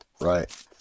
Right